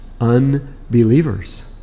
Unbelievers